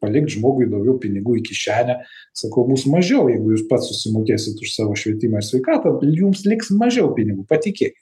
palikt žmogui daugiau pinigų į kišenę sakau bus mažiau jeigu jūs pats susimokėsit už savo švietimą ir sveikatą jums liks mažiau pinigų patikėkit